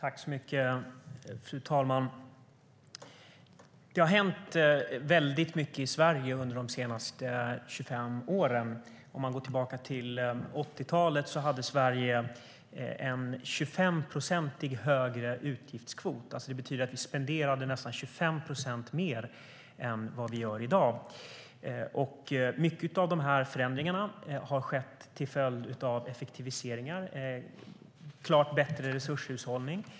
Fru talman! Det har hänt väldigt mycket i Sverige under de senaste 25 åren. På 80-talet hade Sverige en 25 procent högre utgiftskvot. Det betyder att vi spenderade nästan 25 procent mer än vad vi gör i dag. Mycket av dessa förändringar har skett till följd av effektiviseringar och en klart bättre resurshushållning.